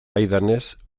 agidanez